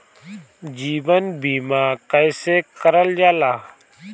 जीवन बीमा कईसे करल जाला?